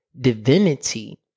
divinity